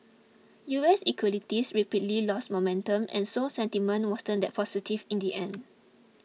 U S equities rapidly lost momentum and so sentiment wasn't that positive in the end